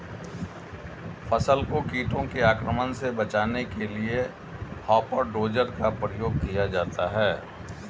फसल को कीटों के आक्रमण से बचाने के लिए हॉपर डोजर का प्रयोग किया जाता है